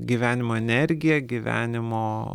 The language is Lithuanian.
gyvenimo energiją gyvenimo